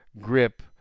grip